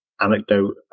anecdote